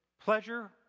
pleasure